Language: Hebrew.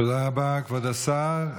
תודה רבה, כבוד השר.